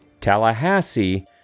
Tallahassee